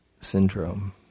syndrome